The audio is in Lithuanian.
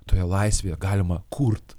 toje laisvėje galima kurt